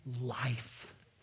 life